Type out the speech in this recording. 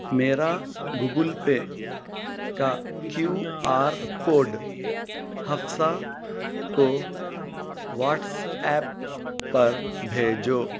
میرا Google Pay کا Q R code Hafsa کو واٹس ایپ پر بھیجو